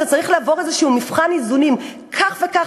אתה צריך לעבור איזה מבחן איזונים: כך וכך